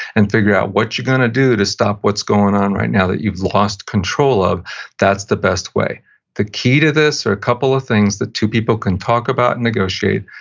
and figure out what you're going to do to stop what's going on right now that you've lost control of that's the best way the key to this, there are a couple of things that two people can talk about and negotiate,